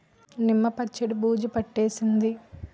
నిమ్మ పచ్చడి బూజు పట్టేసింది